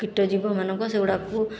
କୀଟଜୀବ ମାନଙ୍କ ସେ ଗୁଡ଼ାକୁ